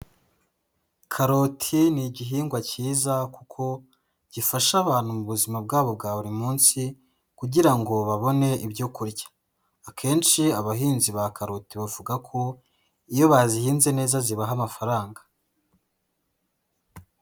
karote ni igihingwa cyiza kuko gifasha abantu mu buzima bwabo bwa buri munsi kugira ngo babone ibyo kurya. Akenshi abahinzi ba karoti bavuga ko iyo bazihinze neza zibaha amafaranga.